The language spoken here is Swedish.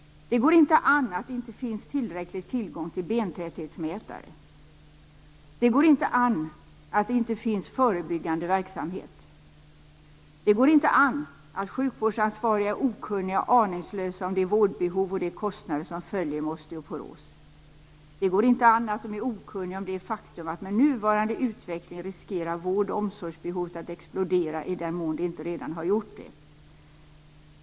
Det går inte an att det inte finns tillräcklig tillgång till bentäthetsmätare. Det går inte an att det inte finns förebyggande verksamhet. Det går inte an att sjukvårdsansvariga är okunniga och aningslösa om det vårdbehov och de kostnader som följer med osteoporos. Det går inte an att de är okunniga om det faktum att vård och omsorgsbehovet med nuvarande utveckling riskerar att explodera, i den mån det inte redan har gjort det.